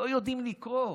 לא יודעים לקרוא,